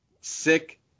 sick